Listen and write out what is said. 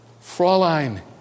Fraulein